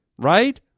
right